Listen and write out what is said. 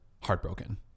heartbroken